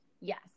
Yes